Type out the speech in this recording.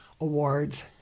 awards